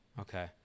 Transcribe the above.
Okay